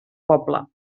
poble